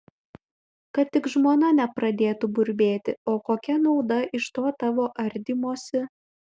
kad tik žmona nepradėtų burbėti o kokia nauda iš to tavo ardymosi